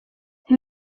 who